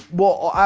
well,